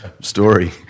story